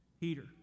Peter